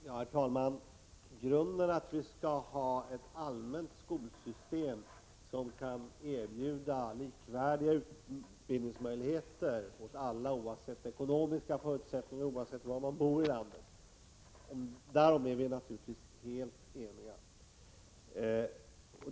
Herr talman! När det gäller grunden att vi skall ha ett allmänt skolsystem som kan erbjuda likvärdiga utbildningsmöjligheter åt alla, oavsett ekonomiska förutsättningar och oavsett var man bor i landet, är vi naturligtvis helt eniga.